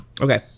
Okay